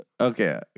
Okay